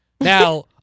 Now